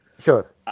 Sure